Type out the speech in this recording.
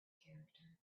character